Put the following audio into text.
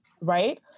Right